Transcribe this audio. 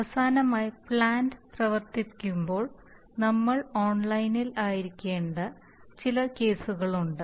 അവസാനമായി പ്ലാന്റ് പ്രവർത്തിക്കുമ്പോൾ നമ്മൾ ഓൺലൈനിൽ ആയിരിക്കേണ്ട ചില കേസുകളുണ്ട്